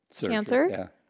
cancer